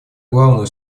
главную